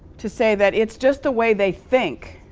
to say that it's just the way they think